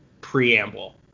preamble